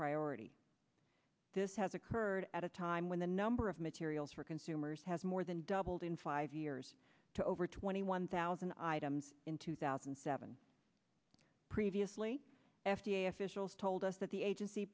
priority this has occurred at a time when the number of materials for consumers has more than doubled in five years to over twenty one thousand items in two thousand and seven previously f d a officials told us that the agency